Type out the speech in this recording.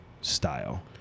style